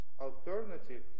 Alternative